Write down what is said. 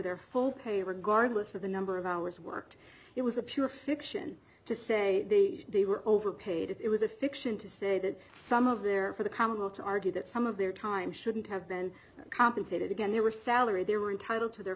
their full pay regardless of the number of hours worked it was a pure fiction to say they were overpaid it was a fiction to say that some of their for the common will to argue that some of their time shouldn't have been compensated again there were salary they were entitled to their